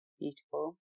beautiful